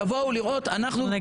תבואו לראות על מה